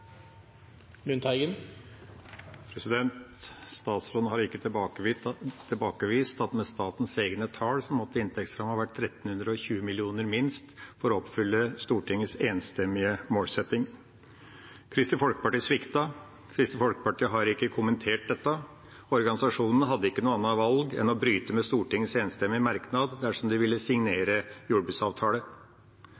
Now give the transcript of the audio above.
Statsråden har ikke tilbakevist at med statens egne tall måtte inntektsrammen vært 1 320 mill. kr minst for å oppfylle Stortingets enstemmige målsetting. Kristelig Folkeparti sviktet, Kristelig Folkeparti har ikke kommentert dette. Organisasjonene hadde ikke noe annet valg enn å bryte med Stortingets enstemmige merknad dersom de ville